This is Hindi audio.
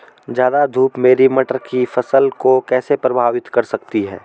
ज़्यादा धूप मेरी मटर की फसल को कैसे प्रभावित कर सकती है?